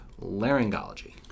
laryngology